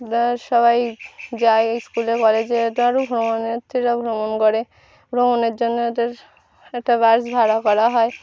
সবাই যায় ইস্কুলে কলেজে তারপর ভ্রমণার্থীরা ভ্রমণ করে ভ্রমণের জন্য ওদের একটা বাস ভাড়া করা হয়